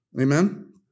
Amen